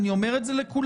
אני אומר את זה לכולנו.